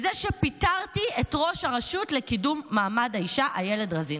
והיא שפיטרתי את ראש הרשות לקידום מעמד האישה איילת רזין.